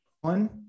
one